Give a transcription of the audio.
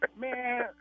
Man